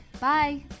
Bye